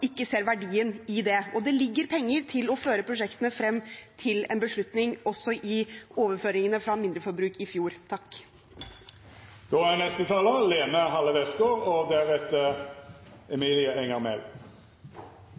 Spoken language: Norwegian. ikke ser verdien i det. Det ligger penger til å føre prosjektene frem til en beslutning også i overføringene fra mindreforbruk i fjor. Dette er